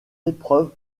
épreuves